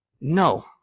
No